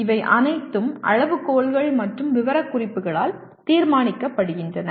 இவை அனைத்தும் அளவுகோல்கள் மற்றும் விவரக்குறிப்புகளால் தீர்மானிக்கப்படுகின்றன